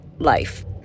life